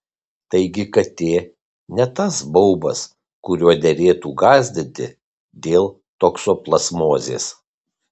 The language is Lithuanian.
taigi katė ne tas baubas kuriuo derėtų gąsdinti dėl toksoplazmozės